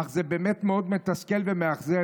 אך זה באמת מאוד מתסכל ומאכזב,